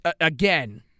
again